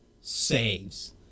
saves